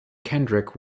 kendrick